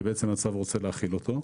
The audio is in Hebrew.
שהצו רוצה להחיל אותו.